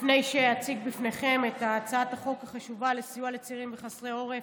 לפני שאציג בפניכם את הצעת החוק החשובה לסיוע לצעירים חסרי עורף,